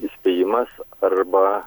įspėjimas arba